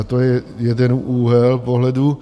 To je jeden úhel pohledu.